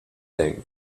thing